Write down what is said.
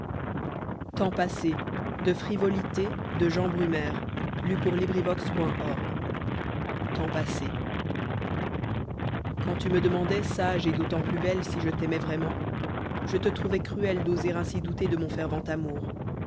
temps passe quand tu me demandais sage et d'autant plus belle si je t'aimais vraiment je te trouvais cruelle d'oser ainsi douter de mon fervent amour